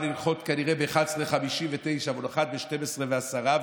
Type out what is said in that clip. לנחות כנראה ב-23:59 והוא נחת ב-00:10,